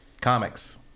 Comics